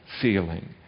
feeling